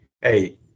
hey